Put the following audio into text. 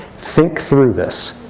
think through this.